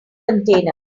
container